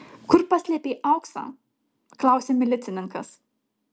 kur paslėpei auksą klausia milicininkas